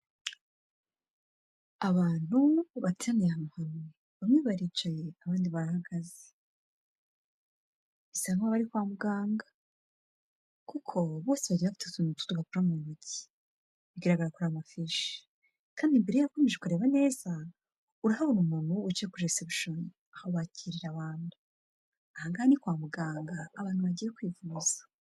Abantu bateraniye ahantu hamwe, bamwe baricaye abandi barrahagaze, bisa nkaho bari kwa muganga kuko bose bagiye bafite utuntu tw'udupapuro mu ntoki bigaragara ko ari amafishi kandi imbere yabo ukomeje ukareba neza urahabona umuntu wicaye kuri reception aho bakirira abantu, aho aha ngaha ni kwa muganga abantu bagiye kwivuza.